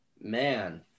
Man